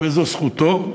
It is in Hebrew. וזאת זכותו.